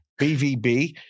BVB